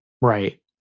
Right